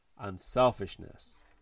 unselfishness